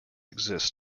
exists